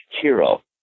hero